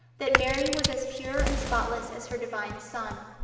that mary was as pure and spotless as her divine son.